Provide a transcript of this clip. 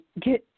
get